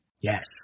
Yes